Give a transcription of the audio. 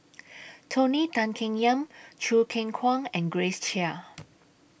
Tony Tan Keng Yam Choo Keng Kwang and Grace Chia